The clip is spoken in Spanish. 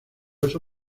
oso